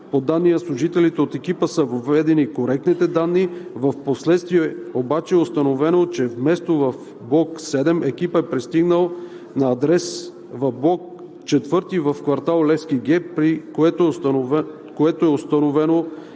По данни на служителите от екипа са въведени коректните данни. Впоследствие обаче е установено, че вместо в блок 7, екипът е пристигнал на адрес в блок 4 в квартал „Левски Г“, което е установено впоследствие.